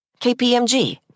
KPMG